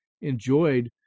enjoyed